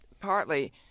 Partly